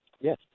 Yes